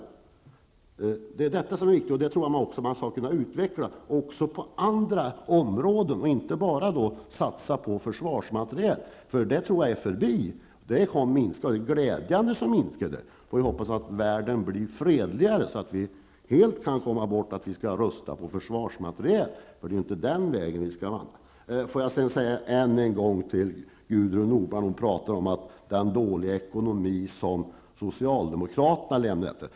Det är viktigt, och jag tror också att man skulle kunna utveckla detta på andra områden och inte bara satsa på försvarsmateriel. Den tiden tror jag är förbi, och det är glädjande att den tillverkningen minskar. Vi får hoppas att världen blir fredligare så att vi helt kan komma bort från att satsa på rustning och försvarsmateriel. Det är ju inte den vägen vi skall vandra. Gudrun Norberg talar om den dåliga ekonomi som socialdemokraterna lämnade efter sig.